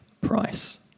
price